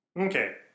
Okay